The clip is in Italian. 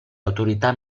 autorità